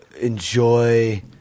enjoy